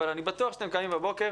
אבל אני בטוח שאתם קמים בבוקר